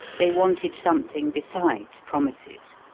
they wanted something besides promises.